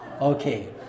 Okay